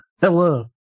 Hello